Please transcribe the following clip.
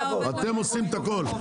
אתם עושים את הכול,